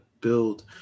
build